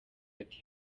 ati